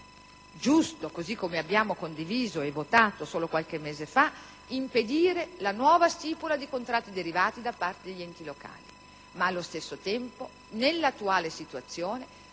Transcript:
giusto - così come abbiamo condiviso e votato solo qualche mese fa - impedire la nuova stipula di contratti derivati da parte degli enti locali; allo stesso tempo, nell'attuale situazione,